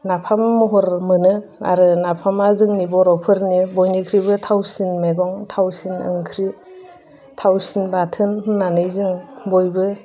नाफाम महर मोनो आरो नाफामा जोंनि बर'फोरनि बयनिख्रुइबो थावसिन मैगंं थावसिन ओंख्रि थावसिन बाथोन होननानै जों बयबो